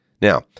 Now